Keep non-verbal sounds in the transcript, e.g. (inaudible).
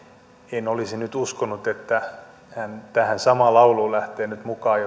en olisi nyt uskonut että hän tähän samaan lauluun lähtee nyt mukaan (unintelligible)